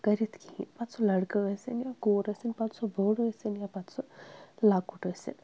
کٔرِتھ کِہیٖنۍ پَتہٕ سُہ لٔڑکہٕ ٲسِنۍ یا کوٗر ٲسِنۍ پتہٕ سُہ بوٚڑ ٲسِنۍ یا پتہٕ سُہ لۄکُٹ ٲسِنۍ